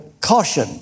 caution